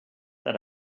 that